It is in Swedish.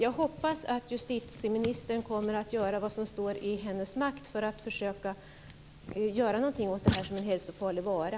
Jag hoppas att justitieministern kommer att göra vad som står i hennes makt för att försöka göra något åt detta som en hälsofarlig vara.